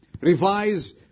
revise